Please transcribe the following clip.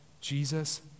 Jesus